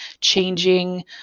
changing